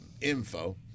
info